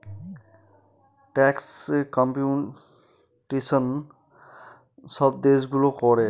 ট্যাক্সে কম্পিটিশন সব দেশগুলো করে